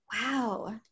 Wow